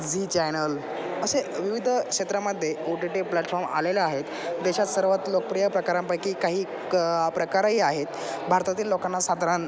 Zee channel असे विविध क्षेत्रामध्ये ओ टी टी प्लॅटफॉर्म आलेल्या आहेत देशात सर्वात लोकप्रिय प्रकारांपैकी काही क प्रकारही आहेत भारतातील लोकांना साधारण